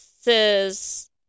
Says